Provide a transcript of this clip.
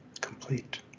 complete